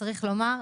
צריך לומר,